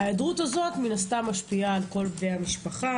ההיעדרות הזו מן הסתם משפיעה על כל בני המשפחה,